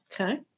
Okay